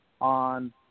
On